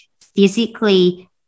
physically